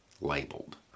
labeled